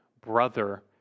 brother